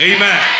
Amen